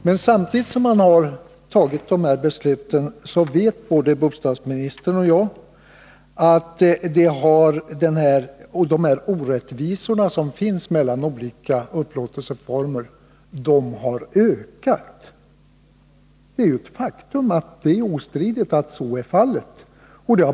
Men både bostadsministern och jag vet att samtidigt som man har fattat de här besluten har de orättvisor som finns mellan olika upplåtelseformer ökat. Det är ju ett faktum! Det är ostridigt att så är fallet.